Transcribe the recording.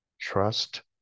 trust